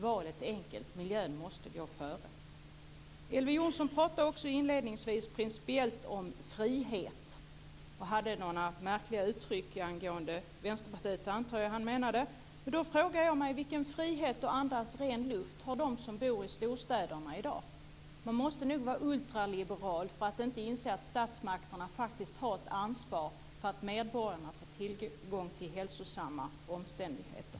Valet är enkelt: Miljön måste gå före. Elver Jonsson talade också inledningsvis principiellt om frihet och använde några märkliga uttryck om Vänsterpartiet - jag antar att han menade Vänsterpartiet. Men då frågar jag mig: Vilken frihet att andas ren luft har de som bor i storstäderna i dag? Man måste nog vara ultraliberal för att inte inse att statsmakterna faktiskt har ett ansvar för att medborgarna får tillgång till hälsosamma levnadsomständigheter.